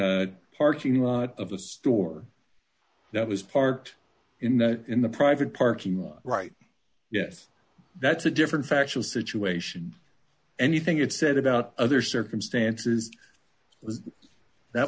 a parking lot of the store that was parked in the in the private parking lot right yes that's a different factual situation anything it said about other circumstances